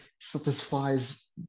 satisfies